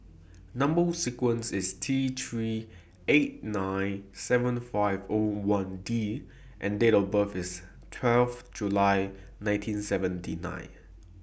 Number sequence IS T three eight nine seven five O one D and Date of birth IS twelve July nineteen seventy nine